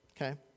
Okay